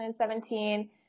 2017